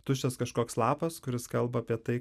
tuščias kažkoks lapas kuris kalba apie tai